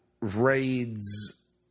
raids